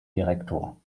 direktor